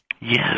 yes